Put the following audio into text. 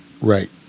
Right